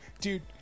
dude